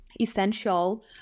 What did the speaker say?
essential